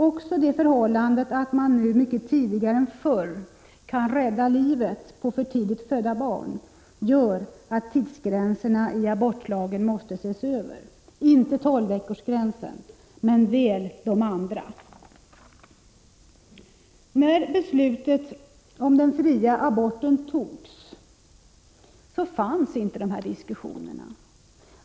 Också det förhållandet att man nu mycket tidigare än förr kan rädda livet på för tidigt födda barn gör att tidsgränserna i abortlagen måste ses över — inte tolvveckorsgränsen men väl de andra. När beslutet om den fria aborten fattades fanns inte dessa diskussioner.